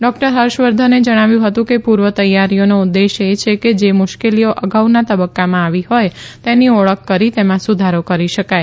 doctor ફર્ષવર્ધને જણાવ્યું હતું કે પૂર્વ તૈયારીઓનો ઉદ્દેશ્ય એ છે કે જે મુશ્કલીઓ અગાઉના તબક્કામાં આવી હોય તેની ઓળખ કરી તેમાં સુધારો કરી શકાય